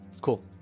Cool